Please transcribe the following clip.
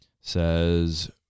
says